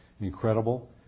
incredible